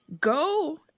go